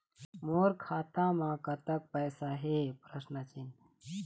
मोर खाता म कतक पैसा हे?